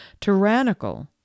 tyrannical